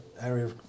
area